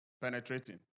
penetrating